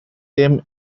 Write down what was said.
them